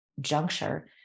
juncture